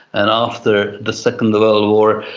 and after the second world war,